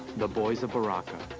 the boys of baraka,